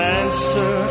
answer